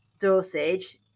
dosage